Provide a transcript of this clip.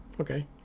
okay